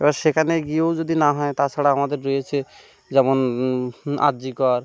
এবার সেখানে গিয়েও যদি না হয় তাছাড়া আমাদের রয়েছে যেমন আর জি কর